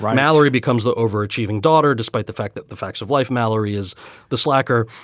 mallory becomes the overachieving daughter, despite the fact that the facts of life, mallory is the slacker.